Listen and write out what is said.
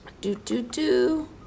Do-do-do